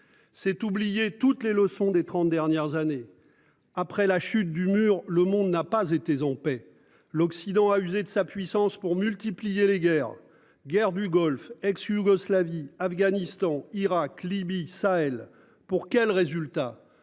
C'est oublier toutes les leçons des 30 dernières années. Après la chute du mur, le monde n'a pas été on paie l'Occident a usé de sa puissance pour multiplier les guerres, guerre du Golfe, ex-Yougoslavie, Afghanistan, Irak, Libye Sahel pour quel résultat.